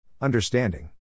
Understanding